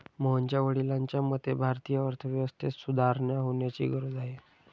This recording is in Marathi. मोहनच्या वडिलांच्या मते, भारतीय अर्थव्यवस्थेत सुधारणा होण्याची गरज आहे